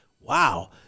wow